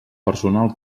personal